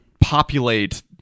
populate